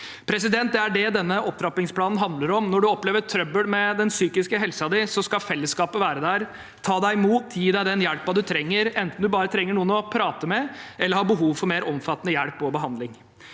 ventetider. Det er det denne opptrappingsplanen handler om. Når du opplever trøbbel med den psykiske helsen din, skal fellesskapet være der, ta deg imot, gi deg den hjelpen du trenger, enten du bare trenger noen å prate med eller har behov for mer omfattende hjelp og behandling.